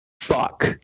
fuck